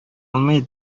алмый